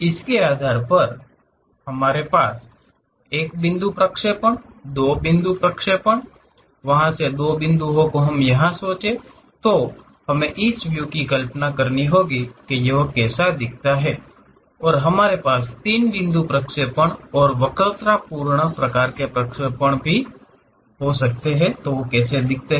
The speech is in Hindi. इसके आधार पर हमारे पास 1 बिंदु प्रक्षेपण 2 बिंदु प्रक्षेपण हैं वहाँ से 2 बिंदुओं को हम यहा से सोचे तो अगर हमें इस व्यू की कल्पना करे तो यह कैसा दिखता है और हमारे पास 3 बिंदु प्रक्षेपण और वक्रतापूर्ण प्रकार के प्रक्षेपण हैं तो यह कैसा दिखता हैं